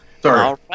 Sorry